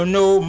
no